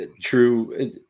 true